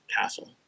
castle